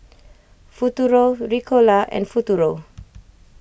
Futuro Ricola and Futuro